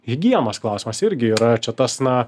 higienos klausimas irgi yra čia tas na